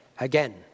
again